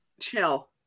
Chill